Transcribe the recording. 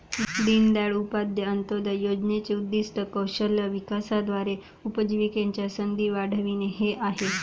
दीनदयाळ उपाध्याय अंत्योदय योजनेचे उद्दीष्ट कौशल्य विकासाद्वारे उपजीविकेच्या संधी वाढविणे हे आहे